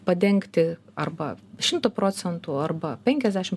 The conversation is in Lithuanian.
padengti arba šimtu procentų arba penkiasdešim